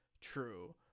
true